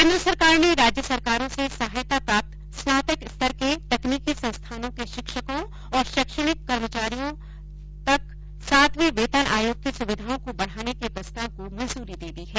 केन्द्र सरकार ने राज्य सरकार और सहायता प्राप्त स्नातक स्तर के तकनीकी संस्थानों के शिक्षकों और शैक्षणिक कर्मचारियों तक सातवें वेतन आयोग की सुविधाओं को बढ़ाने के प्रस्ताव को मंजूरी दे दी है